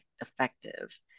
effective